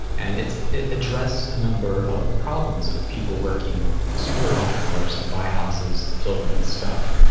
and it's addressed a number of problems of people working super-long hours to buy houses to fill them with stuff.